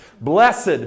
Blessed